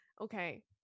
Okay